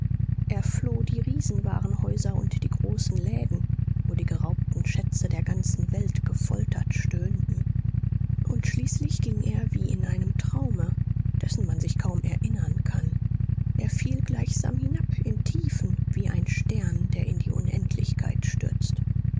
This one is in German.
er floh die riesenwarenhäuser und die großen läden wo die geraubten schätze der ganzen welt gefoltert stöhnten und schließlich ging er wie in einem traume dessen man sich kaum erinnern kann er fiel gleichsam hinab in tiefen wie ein stern der in die unendlichkeit stürzt